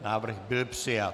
Návrh byl přijat.